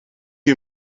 you